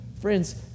Friends